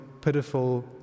pitiful